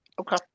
okay